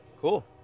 cool